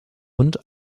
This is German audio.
und